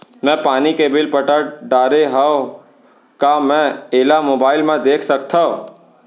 मैं पानी के बिल पटा डारे हव का मैं एला मोबाइल म देख सकथव?